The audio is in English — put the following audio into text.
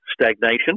stagnation